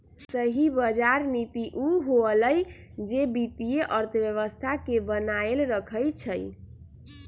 सही बजार नीति उ होअलई जे वित्तीय अर्थव्यवस्था के बनाएल रखई छई